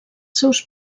seus